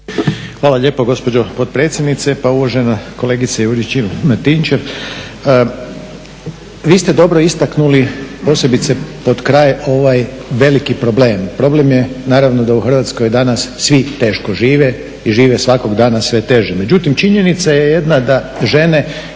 Hvala lijepo gospođo potpredsjednice. Pa uvažena kolegice Juričev Martinčev, vi ste dobro istaknuli posebice pod kraj ovaj veliki problem. Problem je naravno da u Hrvatskoj danas svi teško žive i žive svakog dana sve teže.